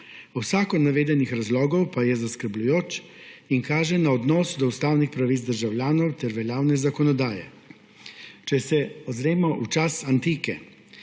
Vsak od navedenih razlogov je zaskrbljujoč in kaže na odnos do ustavnih pravic državljanovter veljavne zakonodaje. Če se ozremo v čas antike,